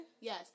Yes